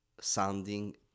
sounding